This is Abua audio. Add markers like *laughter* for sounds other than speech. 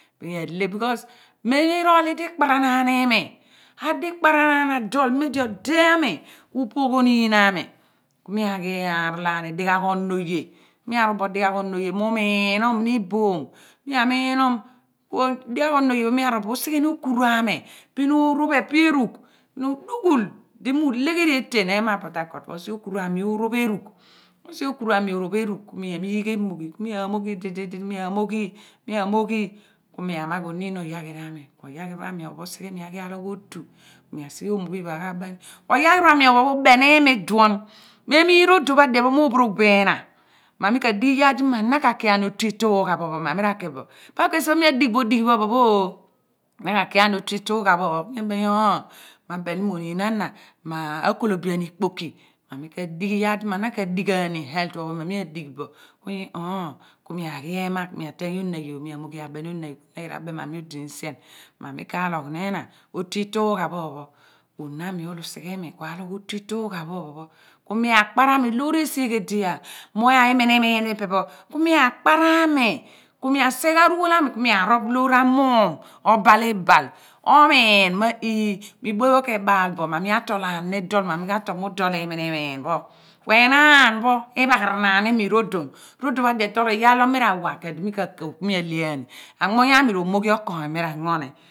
Ku mi arele b/kos mem iroli di ikparanaan imi adikparanaan adol mem di ode ami upogh oonin ami ku mi aghi arolaani dighaagh ononoye mi arol pho dighaagh onoye mi umiinuun ni iboom mi amiinu kuo dighaagh ononoye pho mi arol bo usighem okuru ami bin oroph epe erugh dughul di mi ulegheri eten ema a port-harcourt ku osighe okuru ami oropho erugh ro sighe okuru ami ro roph erugh ku mi amigh emoghi ku mi amoghi idi di di mi awoghi mi amoghi ku mi amagh oniin oyaghir ami ku oyaghiri pho ami ophon pho usighe imi. iduon mi migh rodon pho adien pho mo phorogh phi ina ma mi ka dighi yar di ma na a kiaani otu iitugha phon pho ma mi ra ki bo pa ku esi pho mi adigh bo odighi pho phon pho na ka kiaani otu iitugha pho phon pho mi ebem yo ouh ma beni ma oniin ana ma kolobian ikpoki ni ka dighi yar di ma na dighaani healyh pho phopho ma mi adigh bo ka yi-oouh ku mi aghi ema ku mi ateeny oniinayoor mi emogh oniin ayoor oniin ayoor aben mo ma mio dini sien mi ka loghni ina otu iitugha pho phon pho ku oniin ami usighe imi ku logh otu iitugha phophon pho ku ami akparami loor ebi egbe egbe di yaar *unintelligible* iminimiin phi ipe pho ku mi akpara mi ku mi esighe ghan ru wol ami ku mi aroph loor amum obal ibal omiin mo iimo ibue pho po ke bal pho ma mi atolu ni ni dol ma mi ka tol mun dol iminimiin phi ku enaan pho iphagha ranaani imi rodon rodon pha adien toro iyaar lo mi ra wa ku edi mi ka ko ku mi alehaani anmuuny ami re moghi okoony mi ra ango ni